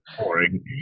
boring